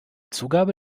zugabe